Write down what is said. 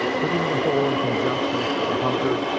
putting the whole in conjunction the hunter,